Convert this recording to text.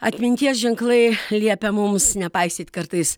atminties ženklai liepia mums nepaisyt kartais